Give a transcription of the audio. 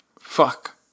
Fuck